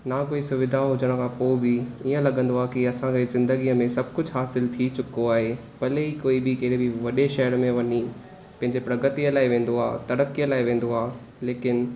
ना कोई सुविधा हुजण खां पोइ बि इअं लॻंदो कि असांजी जी ज़िंदगी में सभु कुझु हासिलु थी चुको आहे भले ई कोई बि वॾे शहर में वञी पंहिंजे प्रगतिअ लाइ वेंदो आहे तरक़ी लाइ वेंदो आहे लेकिनि